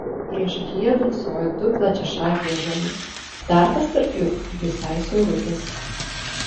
priešakyje dunksojo du plačiašakiai ąžuolai tarpas tarp jų visai siaurutis